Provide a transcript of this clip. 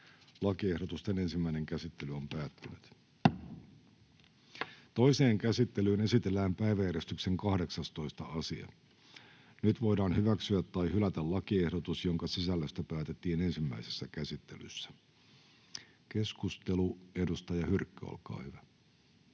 lain muuttamisesta Time: N/A Content: Toiseen käsittelyyn esitellään päiväjärjestyksen 18. asia. Nyt voidaan hyväksyä tai hylätä lakiehdotus, jonka sisällöstä päätettiin ensimmäisessä käsittelyssä. — Keskustelu, edustaja Hyrkkö, olkaa hyvä.